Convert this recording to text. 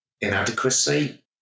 inadequacy